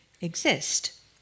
exist